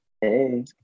Hey